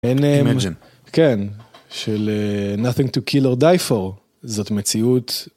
כן, של nothing to kill or die for, זאת מציאות.